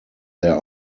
their